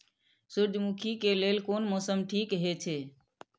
सूर्यमुखी के लेल कोन मौसम ठीक हे छे?